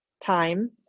time